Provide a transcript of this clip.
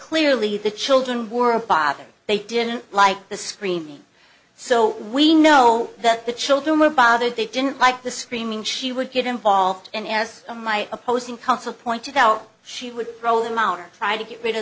clearly the children were a bother they didn't like the screen so we know that the children were bothered they didn't like the screaming she would get involved and as my opposing counsel pointed out she would throw them out or try to get